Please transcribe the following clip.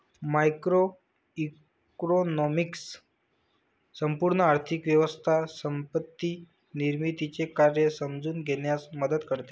macroeconomics संपूर्ण आर्थिक व्यवस्था संपत्ती निर्मितीचे कार्य समजून घेण्यास मदत करते